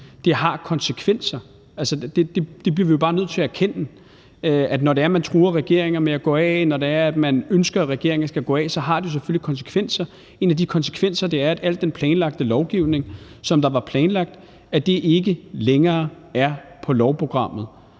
Det har konsekvenser. Det bliver vi jo bare nødt til at erkende, nemlig at når det er, at man truer regeringer til at gå af, og når man ønsker, at regeringer skal gå af, så har det selvfølgelig konsekvenser. En af de konsekvenser er, at al den planlagte lovgivning ikke længere er på lovprogrammet.